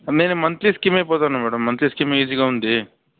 నేను మంత్లీ స్కీమే పోతాను మేడం మంత్లీ స్కీమే ఈసీగా ఉంది